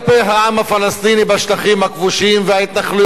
העם הפלסטיני בשטחים הכבושים וההתנחלויות,